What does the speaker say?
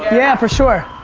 yeah, for sure.